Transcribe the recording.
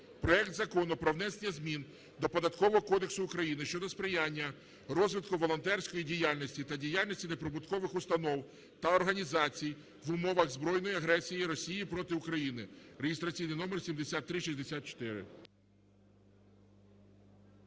проект Закону про внесення змін до Податкового кодексу України щодо сприяння розвитку волонтерської діяльності та діяльності неприбуткових установ та організацій в умовах збройної агресії Росії проти України (реєстраційний номер 7364).